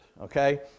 okay